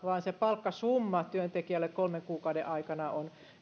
vaan se palkkasumma työntekijälle kolmen kuukauden aikana on